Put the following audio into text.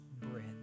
bread